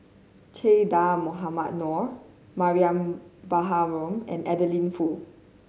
Che Dah Mohamed Noor Mariam Baharom and Adeline Foo